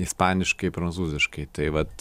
ispaniškai prancūziškai tai vat